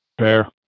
Fair